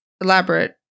elaborate